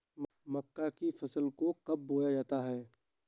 मक्का की फसल को कब बोया जाता है?